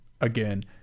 again